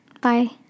Bye